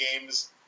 games